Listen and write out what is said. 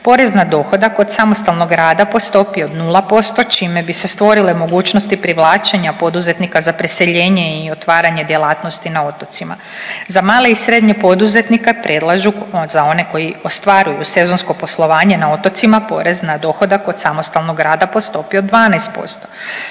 porez na dohodak od samostalnog rada po stopi od 0% čime bi se stvorile mogućnosti privlačenja poduzetnika za preseljenje i otvaranje djelatnosti na otocima. Za male i srednje poduzetnike predlažu, za one koji ostvaruju sezonsko poslovanje na otocima, porez na dohodak od samostalnog rada po stopi od 12%.